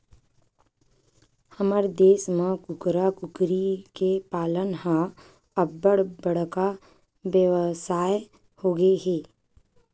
हमर देस म कुकरा, कुकरी के पालन ह अब्बड़ बड़का बेवसाय होगे हे